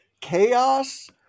chaos